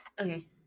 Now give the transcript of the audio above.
Okay